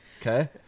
Okay